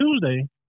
Tuesday